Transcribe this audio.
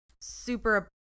Super